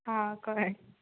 आ कळ्ळें